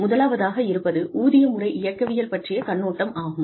முதலாவதாக இருப்பது ஊதிய முறை இயக்கவியல் பற்றிய கண்ணோட்டம் ஆகும்